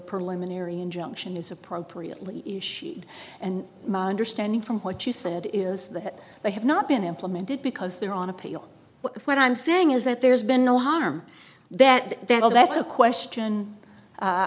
preliminary injunction is appropriately issued and my understanding from what you said is that they have not been implemented because they're on appeal but what i'm saying is that there's been no harm that they all that